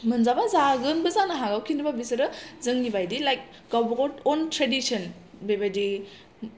मोनजाबा जागोनबो जानो हागौ खिन्तुबा बिसोरो जोंनि बायदि लाइक गावबा गाव अन ट्रेडिसन बेबायदि